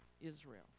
Israel